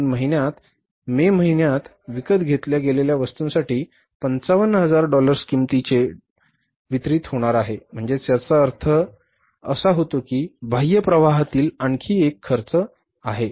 जून महिन्यात मे महिन्यात विकत घेतल्या गेलेल्या वस्तूंसाठी 55000 किमतीचे डॉलर्स वितरित होणार आहे म्हणजे याचा अर्थ असा होतो की हे बाह्य प्रवाहातील आणखी एक खर्च आहे